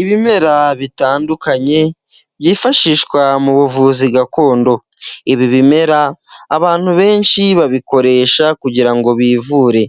Ibimera bitandukanye byifashishwa mu buvuzi gakondo, ibi bimera abantu benshi babikoresha kugirango bivure